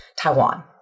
Taiwan